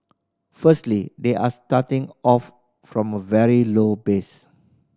firstly they are starting off from a very low base